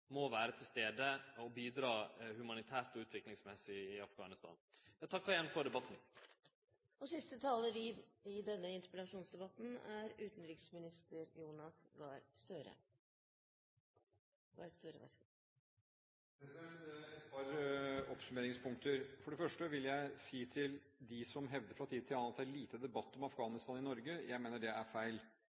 må vere til stades og bidra humanitært og utviklingsmessig i Afghanistan. Eg takkar igjen for debatten. Jeg har et par oppsummeringspunkter. For det første vil jeg si til dem som fra tid til annen hevder at det er lite debatt om Afghanistan i Norge, at jeg mener det er feil.